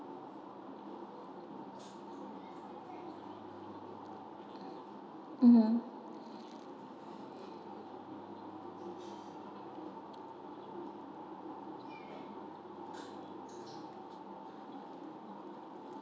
mmhmm